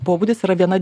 pobūdis yra viena